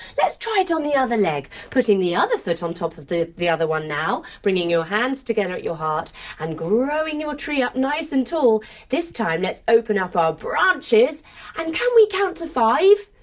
let's try it on the other leg. putting the other foot on top of the the other one now, bringing your hands together at your heart and growing your tree up nice and tall this time let's open up our branches and can we count to five?